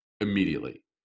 immediately